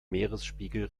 meeresspiegel